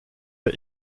wir